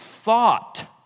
thought